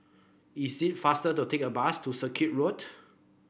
is it faster to take a bus to Circuit Road